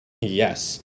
Yes